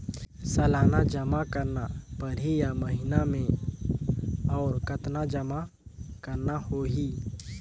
सालाना जमा करना परही या महीना मे और कतना जमा करना होहि?